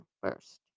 first